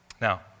Now